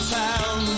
town